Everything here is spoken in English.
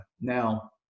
now